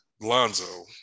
Lonzo